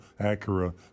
Acura